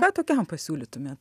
ką pasiūlytumėt